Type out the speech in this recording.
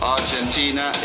argentina